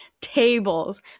tables